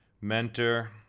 mentor